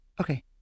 okay